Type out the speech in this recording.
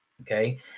Okay